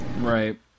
Right